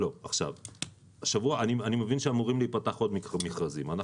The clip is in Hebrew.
אני מבין שאמורים להיפתח עוד מכרזים.